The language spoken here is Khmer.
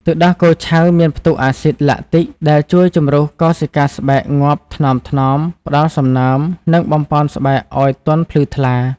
ទឹកដោះគោឆៅមានផ្ទុកអាស៊ីដ ឡាក់ទិក (lactic) ដែលជួយជម្រុះកោសិកាស្បែកងាប់ថ្នមៗ ផ្តល់សំណើម និងបំប៉នស្បែកឲ្យទន់ភ្លឺថ្លា។